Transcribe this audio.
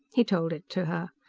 he told it to her.